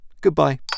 Goodbye